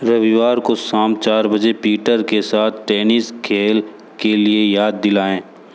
रविवार को शाम चार बजे पीटर के साथ टेनिस खेल के लिए याद दिलाएँ